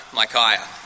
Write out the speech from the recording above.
Micaiah